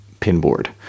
Pinboard